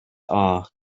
are